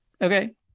Okay